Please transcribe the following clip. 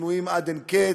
ושכנועים עד אין קץ.